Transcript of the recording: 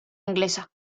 inglesa